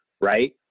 right